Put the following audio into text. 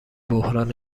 بحران